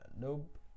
Nope